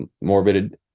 Morbid